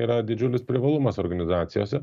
yra didžiulis privalumas organizacijose